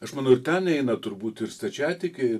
aš manau ir ten eina turbūt ir stačiatikiai